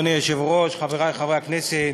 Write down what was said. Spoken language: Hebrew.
אדוני היושב-ראש, חברי חברי הכנסת,